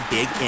Big